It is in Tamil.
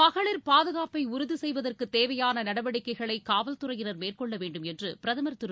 மகளிர் பாதுகாப்பை உறுதி செய்வதற்கு தேவையான நடவடிக்கைகளை காவல்துறையினர் மேற்கொள்ள வேண்டும் என்று பிரதமர் திரு